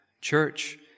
church